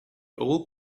old